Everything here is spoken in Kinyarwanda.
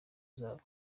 zabo